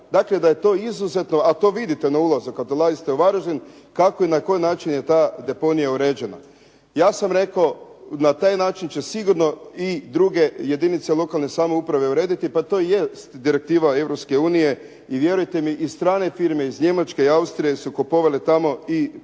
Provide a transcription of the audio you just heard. dakle da je to izuzetno a to vidite na ulazu kad ulazite u Varaždin kako i na koji način je ta deponija uređena. Ja sam rekao na taj način će sigurno i druge jedinice lokalne samouprave urediti pa to i jest direktiva Europske unije. I vjerujte mi i strane firme iz Njemačke i Austrije su kupovale tamo parcele,